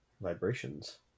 Vibrations